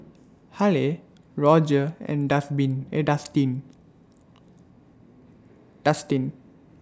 Halle Roger and A Dustin Dustin